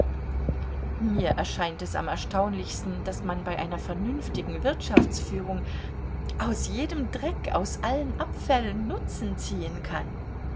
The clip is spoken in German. mir erscheint es am erstaunlichsten daß man bei einer vernünftigen wirtschaftsführung aus jedem dreck aus allen abfällen nutzen ziehen kann